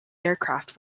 aircraft